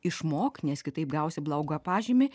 išmok nes kitaip gausi blogą pažymį